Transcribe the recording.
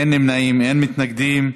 אין נמנעים, אין מתנגדים.